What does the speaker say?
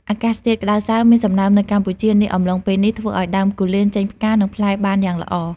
អាកាសធាតុក្ដៅហើយមានសំណើមនៅកម្ពុជានាអំឡុងពេលនេះ ធ្វើឲ្យដើមគូលែនចេញផ្កា និងផ្លែបានយ៉ាងល្អ។